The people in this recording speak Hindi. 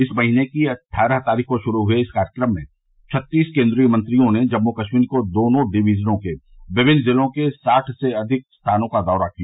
इस महीने की अट्ठारह तारीख को शुरू हुए इस कार्यक्रम में छत्तीस केंद्रीय मंत्रियों ने जम्मू कश्मीर के दोनों डिवीजनों के विमिन्न जिलों के साठ से अधिक स्थानों का दौरा किया